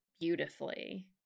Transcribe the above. beautifully